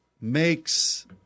makes